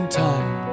time